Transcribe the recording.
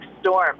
storm